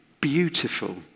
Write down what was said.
beautiful